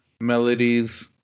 melodies